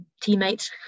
teammates